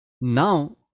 now